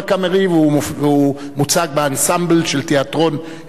וזה מוצג על-ידי האנסמבל של תיאטרון הרצלייה.